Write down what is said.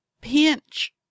Pinch